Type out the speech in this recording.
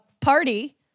party